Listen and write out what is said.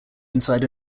inside